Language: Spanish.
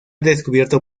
descubierto